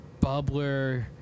Bubbler